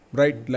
right